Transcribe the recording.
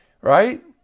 right